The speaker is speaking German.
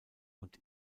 und